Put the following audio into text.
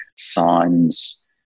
signs